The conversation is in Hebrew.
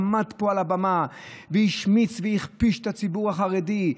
עמד פה על הבמה והשמיץ והכפיש את הציבור החרדי,